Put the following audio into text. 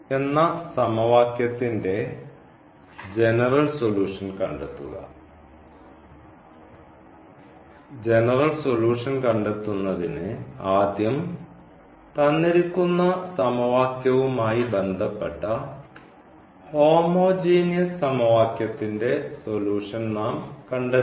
എന്ന സമവാക്യത്തിൻറെ general solution കണ്ടെത്തുക ജനറൽ സൊലൂഷൻ കണ്ടെത്തുന്നതിന് ആദ്യം തന്നിരിക്കുന്ന സമവാക്യവുമായി ബന്ധപ്പെട്ട ഹോമോജീനിയസ് സമവാക്യത്തിന്റെ സൊല്യൂഷൻ നാം കണ്ടെത്തണം